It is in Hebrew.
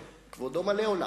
כבודו מלא עולם.